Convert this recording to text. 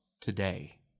today